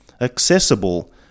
accessible